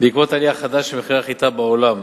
בעקבות עלייה חדה של מחירי החיטה בעולם.